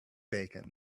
bacon